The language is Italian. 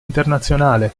internazionale